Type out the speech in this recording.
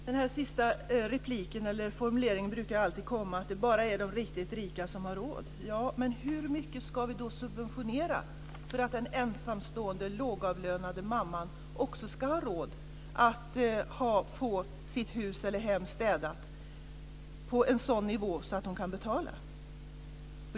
Fru talman! Den här sista formuleringen brukar alltid komma: att det bara är de riktigt rika som har råd. Ja, men hur mycket ska vi då subventionera för att den ensamstående, lågavlönade mamman också ska kunna få sitt hus eller hem städat till en kostnad på en sådan nivå att hon kan betala?